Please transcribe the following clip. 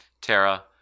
Tara